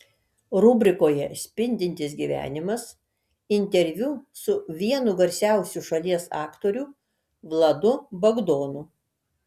rubrikoje spindintis gyvenimas interviu su vienu garsiausių šalies aktorių vladu bagdonu